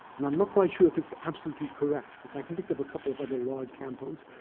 and i'm not quite sure if it's absolutely correct because i can think of a couple of other large campos.